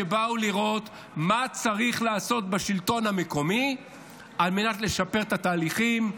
שבאו לראות מה צריך לעשות בשלטון המקומי על מנת לשפר את התהליכים,